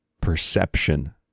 perception